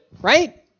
right